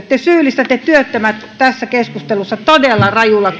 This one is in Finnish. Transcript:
te syyllistätte työttömät tässä keskustelussa todella rajulla